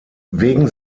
wegen